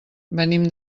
venim